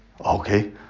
Okay